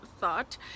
thought